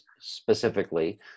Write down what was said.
Specifically